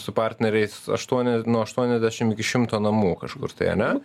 su partneriais aštuoni nuo aštuoniasdešim iki šimto namų kažkur tai ane